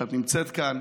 שאת נמצאת כאן.